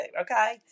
okay